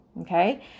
okay